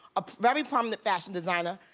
a very prominent fashion designer.